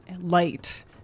light